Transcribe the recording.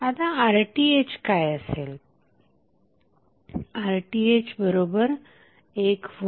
आता RTh काय असेल